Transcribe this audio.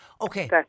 Okay